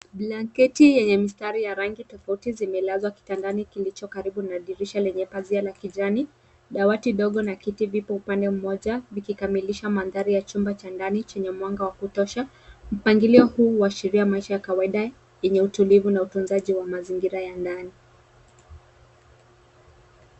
Blanketi yenye mistari ya rangi tofauti zimelazwa kitandani kilicho karibu na dirisha lenye pazia la kijani. Dawati ndogo na kiti vipo upande mmoja vikikamilisha mandhari ya chumba cha ndani chenye mwanga wa kutosha. Mpangilio huu huashiria maisha ya kawaida yenye utulivu na utunzaji wa mazingira ya ndani.